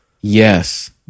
Yes